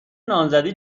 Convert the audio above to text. نامزدی